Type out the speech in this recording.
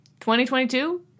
2022